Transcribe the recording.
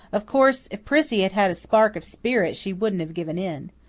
of course, if prissy had had a spark of spirit she wouldn't have given in.